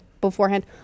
beforehand